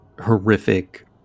horrific